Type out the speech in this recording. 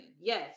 Yes